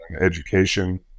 education